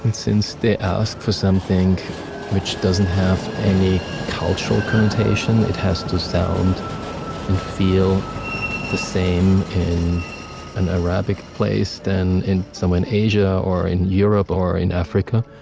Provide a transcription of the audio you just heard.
and since they asked for something which doesn't have any cultural connotation, it has to sound and feel the same in an arabic place than in so asia or in europe or in africa,